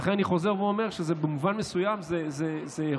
לכן אני חוזר ואומר שבמובן מסוים זה אירוע